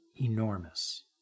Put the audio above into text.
enormous